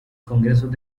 congresos